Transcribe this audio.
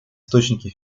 источники